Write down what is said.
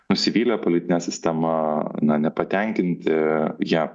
nusivylę politine sistema na nepatenkinti ja